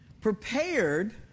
prepared